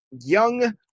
young